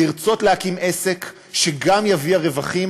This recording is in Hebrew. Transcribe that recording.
לרצות להקים עסק שגם יביא רווחים,